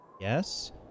Yes